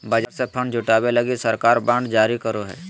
बाजार से फण्ड जुटावे लगी सरकार बांड जारी करो हय